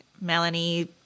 Melanie